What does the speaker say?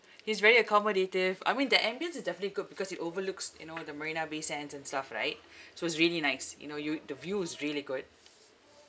he's very accommodative I mean the ambience is definitely good because it overlooks you know the marina bay sands and stuff right so it's really nice you know you the view is really good